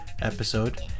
episode